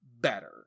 Better